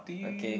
okay